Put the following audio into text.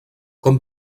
com